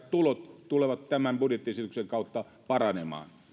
tulot tämän budjettiesityksen kautta paranemaan